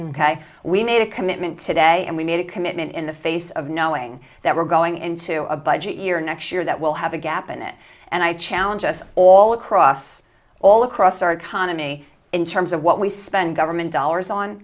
we made a commitment today and we made a commitment in the face of knowing that we're going into a budget year next year that will have a gap in it and i challenge us all across all across our economy in terms of what we spend government dollars on